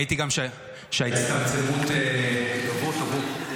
ראיתי גם שההצטמצמות --- תבוא, תבוא.